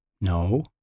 No